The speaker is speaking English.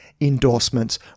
endorsements